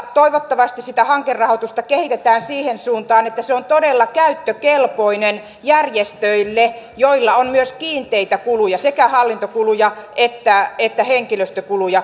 toivottavasti sitä hankerahoitusta kehitetään siihen suuntaan että se on todella käyttökelpoinen järjestöille joilla on myös kiinteitä kuluja sekä hallintokuluja että henkilöstökuluja